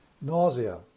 nausea